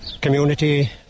community